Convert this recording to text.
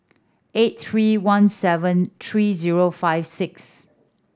eight three one seven three zero five six